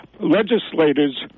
Legislators